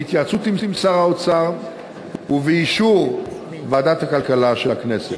בהתייעצות עם שר האוצר ובאישור ועדת הכלכלה של הכנסת.